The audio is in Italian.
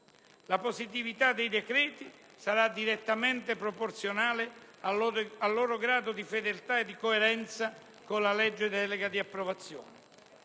La positività dei decreti sarà direttamente proporzionale al loro grado di fedeltà e coerenza con la legge delega approvata.